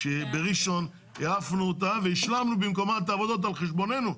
שבראשון העפנו אותה והשלמנו במקומה את העבודות על חשבוננו.